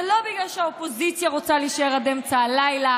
זה לא בגלל שהאופוזיציה רוצה להישאר עד אמצע הלילה,